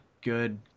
good